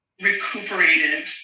recuperated